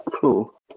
Cool